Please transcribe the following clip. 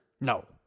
No